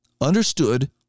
understood